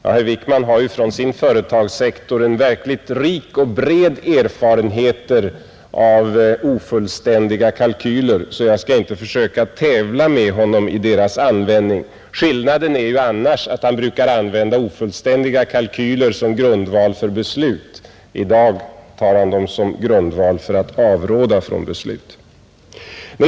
Ja, herr Wickman har ju från sin företagssektor en verkligt rik och bred erfarenhet av ofullständiga kalkyler, och jag skall inte försöka tävla med honom i deras användning. Skillnaden är ju annars att han brukar använda ofullständiga kalkyler som grundval för beslut, i dag tar han dem som grundval för att avråda från beslut.